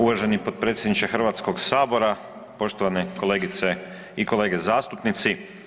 Uvaženi potpredsjedniče Hrvatskog sabora, poštovane kolegice i kolege zastupnici.